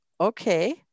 okay